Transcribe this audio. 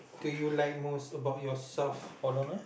do you like most about your self